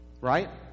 right